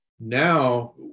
now